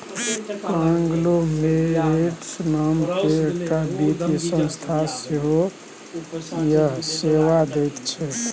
conglomerates नामकेँ एकटा वित्तीय संस्था सेहो इएह सेवा दैत छै